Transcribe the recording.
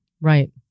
Right